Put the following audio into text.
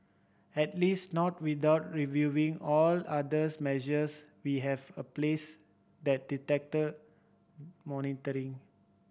at least not without reviewing all others measures we have a place that detector monitoring